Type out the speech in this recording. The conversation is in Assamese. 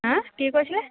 হাঁ কি কৈছে